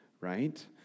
right